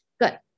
good